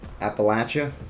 appalachia